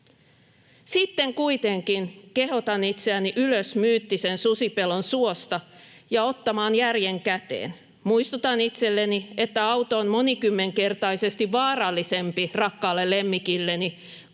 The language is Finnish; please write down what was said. Sitten kuitenkin kehotan itseäni ylös myyttisen susipelon suosta ja ottamaan järjen käteen. Muistutan itselleni, että auto on monikymmenkertaisesti vaarallisempi rakkaalle lemmikilleni